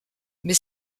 mais